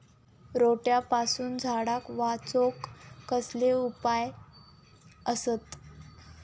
रोट्यापासून झाडाक वाचौक कसले उपाय आसत?